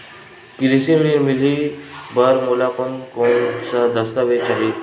कृषि ऋण मिलही बर मोला कोन कोन स दस्तावेज चाही रही?